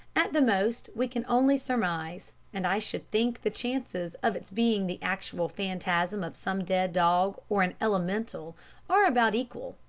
at the most we can only surmise, and i should think the chances of its being the actual phantasm of some dead dog or an elemental are about equal.